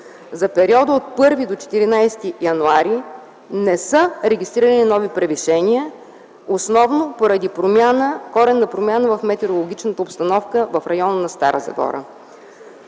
За периода от 1 до 14 януари не са регистрирани нови превишения, основно поради коренна промяна в метеорологичната обстановка в района на Стара Загора.